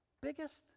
Biggest